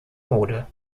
mode